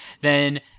then-